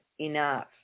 enough